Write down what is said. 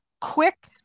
quick